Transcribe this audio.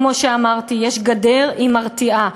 כמו שאמרתי, יש גדר, היא מרתיעה.